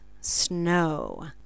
snow